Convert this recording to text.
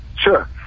Sure